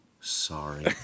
sorry